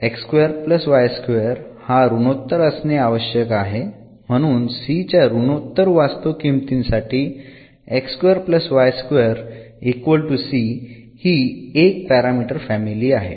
हा ऋनोत्तर असणे आवश्यक आहे म्हणून c च्या ऋनोत्तर वास्तव किमतींसाठी हि 1 पॅरामीटर फॅमिली आहे